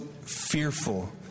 fearful